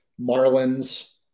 marlins